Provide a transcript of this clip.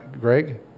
Greg